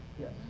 Yes